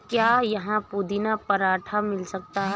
क्या यहाँ पुदीना पराठा मिलता है?